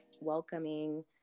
welcoming